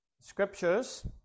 scriptures